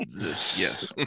Yes